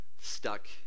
stuck